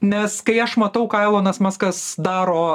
nes kai aš matau ką elonas muskas daro